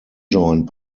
joint